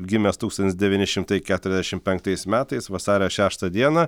gimęs tūkstantis devyni šimtai keturiasdešim penkais metais vasario šeštą dieną